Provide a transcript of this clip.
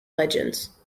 legends